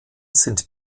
sind